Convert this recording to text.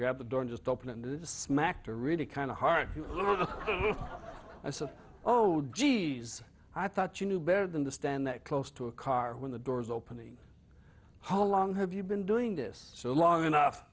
grab the door just open and smack to really kind of hard i said oh jeez i thought you knew better than the stand that close to a car when the doors opening how long have you been doing this so long enough